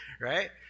right